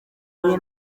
rimwe